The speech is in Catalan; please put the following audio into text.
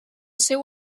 seu